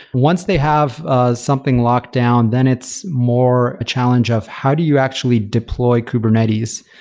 once they have ah something locked down, then it's more a challenge of how do you actually deploy kubernetes,